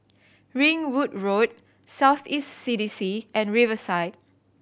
Ringwood Road South East C D C and Riverside